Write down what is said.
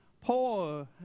poor